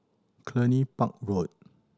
Cluny Park Road